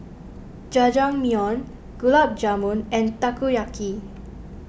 Jajangmyeon Gulab Jamun and Takoyaki